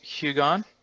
Hugon